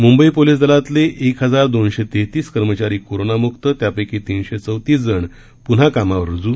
Mumbai police दलातले एक हजार दोनशे तेहतीस कर्मचारी कोरोनामुक्त त्यापैकी तिनशे चौतीस जण पुन्हा कामावर रुजू